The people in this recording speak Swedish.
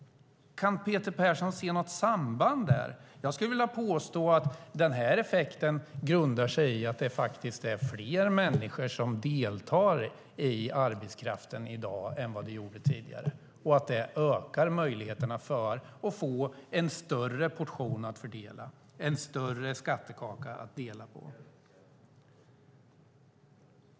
Kan Peter Persson se något samband där? Jag skulle vilja påstå att den här effekten har sin grund i att det är fler människor som deltar i arbetskraften i dag än tidigare och att det ökar möjligheterna att få en större portion att fördela, en större skattekaka att dela på.